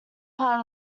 part